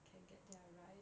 can get their ride